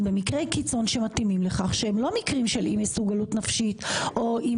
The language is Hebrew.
אז במקרי קיצון שמתאימים לכך שהם לא מקרים של אי מסוגלות נפשית או אי